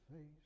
face